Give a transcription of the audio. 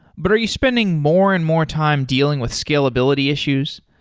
but are you spending more and more time dealing with scalability issues?